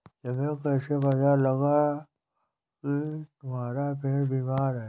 तुम्हें कैसे पता लगा की तुम्हारा पेड़ बीमार है?